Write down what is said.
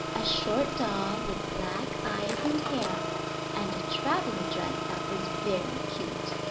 a short doll with black eyes and hair and a traveling dress that was very cute.